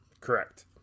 Correct